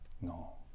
No